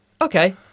Okay